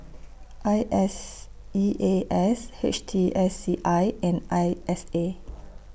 I S E A S H T S C I and I S A